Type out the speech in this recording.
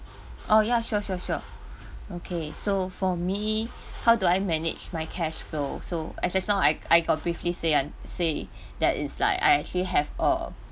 oh ya sure sure sure okay so for me how do I manage my cash flow so as just now I I got briefly say I'm say that is like I actually have uh